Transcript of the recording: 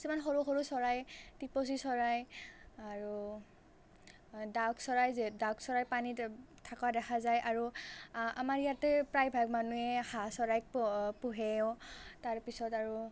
কিছুমান সৰু সৰু চৰাই টিপচি চৰাই আৰু ডাউক চৰাই যে ডাউক চৰাই পানীত থকা দেখা যায় আৰু আমাৰ ইয়াতে প্ৰায়ভাগ মানুহে হাঁহ চৰাই প পোহেও আৰু তাৰ পিছত আৰু